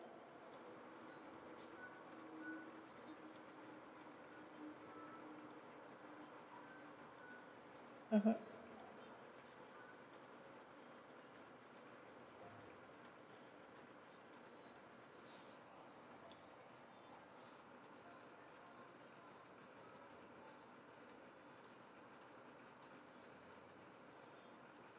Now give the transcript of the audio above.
mmhmm